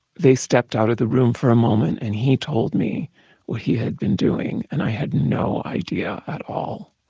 they stepped out of the room for a moment, and he told me what he had been doing. and i had no idea at all.